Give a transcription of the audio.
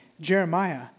Jeremiah